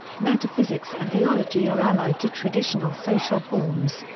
metaphysics and theology are allied to traditional social forms,